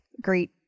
great